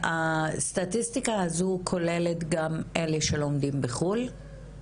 הסטטיסטיקה הזאת כוללת גם את אלה שלומדים בחו"ל?